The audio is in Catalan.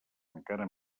encara